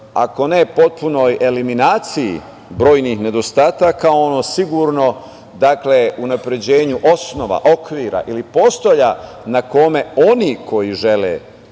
ako ne potpunoj eliminaciji brojnih nedostataka, ono sigurno unapređenju osnova, okvira ili postolja na kome oni koji žele